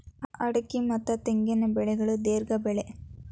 ಅಡಿಕೆ ಮತ್ತ ತೆಂಗಿನ ಬೆಳೆಗಳು ದೇರ್ಘ ಬೆಳೆ